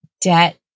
Debt